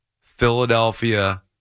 Philadelphia